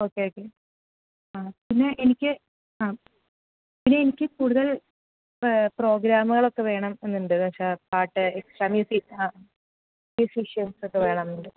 okay okay ആ പിന്നെ എനിക്ക് ആ പിന്നെ എനിക്ക് കൂടുതൽ പ്രോഗ്രാമുകളൊക്കെ വേണം എന്നുണ്ട് ഏതാണെന്നുവെച്ചാൽ പാട്ട് എക്സ്ട്രാ മ്യൂസിക് ആ മ്യൂസിഷ്യൻസ് ഒക്കെ വേണം എന്നുണ്ട്